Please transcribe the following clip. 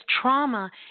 trauma